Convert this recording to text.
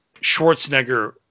Schwarzenegger